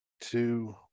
two